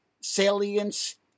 salience